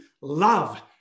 love